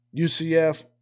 UCF